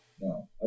No